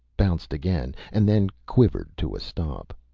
bounced again and then quivered to a stop.